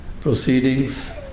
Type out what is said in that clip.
proceedings